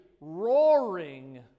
roaring